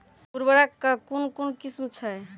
उर्वरक कऽ कून कून किस्म छै?